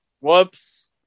Whoops